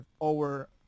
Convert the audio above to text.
over